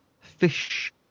Fish